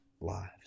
lives